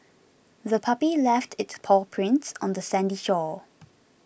the puppy left its paw prints on the sandy shore